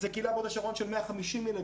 זו קהילה בהוד השרון של 150 ילדים,